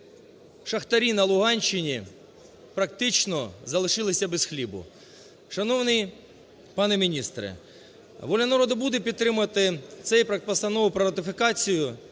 шахтарі на Луганщині практично залишилися без хлібу. Шановний пане міністре, "Воля народу" буде підтримувати цей проект Постанови про ратифікацію,